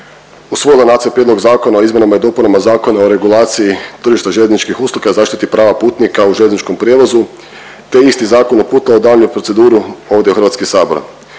usvojila Nacrt prijedloga Zakona o izmjenama i dopunama Zakona o regulaciji tržišta željezničkih usluga i zaštiti prava putnika u željezničkom prijevozu te isti zakon uputila u daljnju proceduru ovdje u HS. Naime,